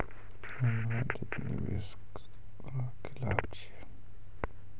हम्मे अधिक निवेश रो खिलाफ छियै